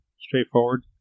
Straightforward